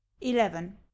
eleven